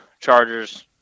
Chargers